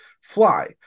fly